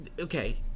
okay